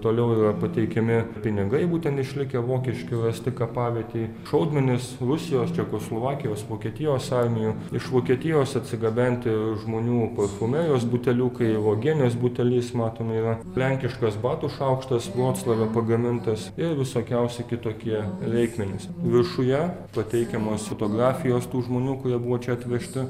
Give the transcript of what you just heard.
toliau yra pateikiami pinigai būtent išlikę vokiški rasti kapavietėj šaudmenys rusijos čekoslovakijos vokietijos armijų iš vokietijos atsigabenti žmonių parfumerijos buteliukai uogienės butelis matome yra lenkiškas batų šaukštas vloclave pagamintas ir visokiausi kitokie reikmenys viršuje pateikiamos fotografijos tų žmonių kurie buvo čia atvežti